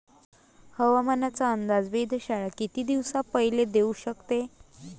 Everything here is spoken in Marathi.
हवामानाचा अंदाज वेधशाळा किती दिवसा पयले देऊ शकते?